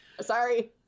Sorry